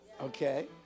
okay